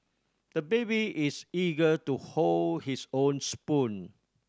the baby is eager to hold his own spoon